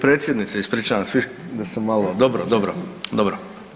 Predsjednice, ispričavam se, vi'š da se malo, dobro, dobro, dobro.